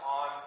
on